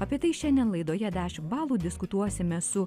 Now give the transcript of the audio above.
apie tai šiandien laidoje dešimt balų diskutuosime su